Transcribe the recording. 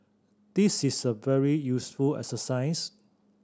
this is a very useful exercise